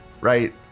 right